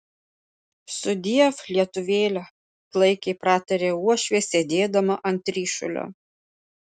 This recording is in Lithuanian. sudiev lietuvėle klaikiai pratarė uošvė sėdėdama ant ryšulio